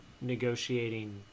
negotiating